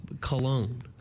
Cologne